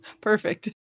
Perfect